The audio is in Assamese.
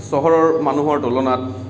চহৰৰ মানুহৰ তুলনাত